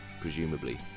presumably